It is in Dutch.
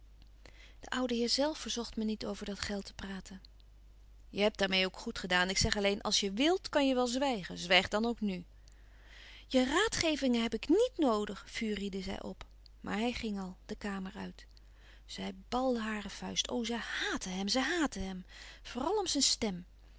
de oude heer zelf verzocht me niet over dat geld te praten je hebt daarmeê ook goed gedaan ik zeg alleen als je wilt kan je wel zwijgen zwijg dan ook nu je raadgevingen heb ik niet noodig furiede zij op maar hij ging al de kamer uit zij balde hare vuist o zij haatte hem zij haatte hem vooral om zijn stem